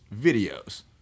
videos